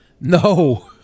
No